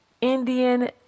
Indian